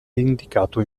indicato